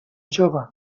jove